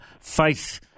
faith